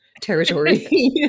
territory